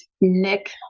Nick